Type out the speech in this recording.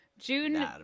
June